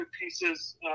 pieces